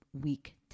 week